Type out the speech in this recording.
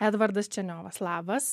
edvardas ščeniovas